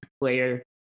player